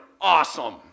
awesome